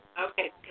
Okay